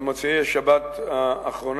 במוצאי השבת האחרונה,